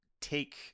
take